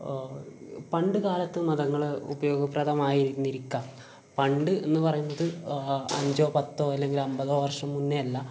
പണ്ട് കാലത്ത് മതങ്ങൾ ഉപയോഗപ്രദമായിരുന്നിരിക്കാം പണ്ട് എന്ന് പറയുന്നത് അഞ്ചോ പത്തോ അല്ലെങ്കിൽ അമ്പതോ വർഷം മുന്നെ അല്ല